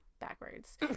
backwards